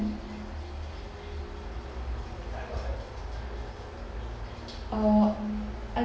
uh I